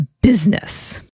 business